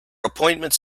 appointments